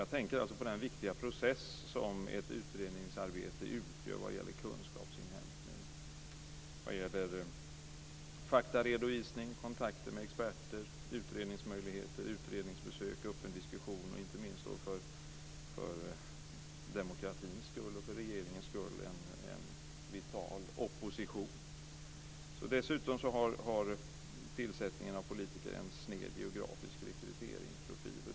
Jag tänker alltså på den viktiga process som ett utredningsarbete utgör vad gäller kunskapsinhämtning, faktaredovisning, kontakter med experter, utredningsmöjligheter, utredningsbesök, öppen diskussion och inte minst för demokratins och regeringens skull en vital opposition. Dessutom har tillsättningen av politiker en sned geografisk rekryteringsprofil.